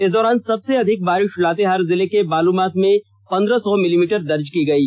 इस दौरान सबसे अधिक बारिष लातेहार जिले के बालूमाथ में पंद्रह सौ मिलीमीटर दर्ज की गयी